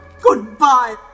Goodbye